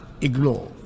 ignore